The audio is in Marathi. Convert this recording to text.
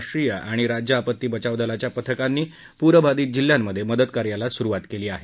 राष्ट्रीय आणि राज्य आपत्ती बचाव दलाच्या पथकांनी पूरबाधित जिल्ह्यांमधे मदतकार्याला सुरुवात केली आहे